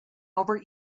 over